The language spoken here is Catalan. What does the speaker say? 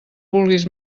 vulguis